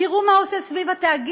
תראו מה הוא עושה סביב התאגיד,